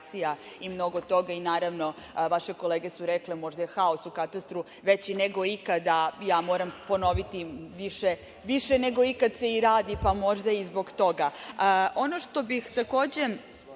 i mnogo toga i, naravno, vaše kolege su rekle možda je haosu u katastru veći nego ikada, a ja moram ponoviti da se više nego ikad i radi, pa možda i zbog toga. Ono što bih takođe